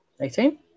Eighteen